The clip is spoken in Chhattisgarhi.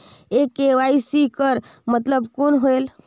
ये के.वाई.सी कर मतलब कौन होएल?